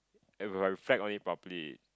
if I reflect on it properly